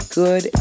good